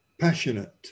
Passionate